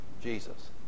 Jesus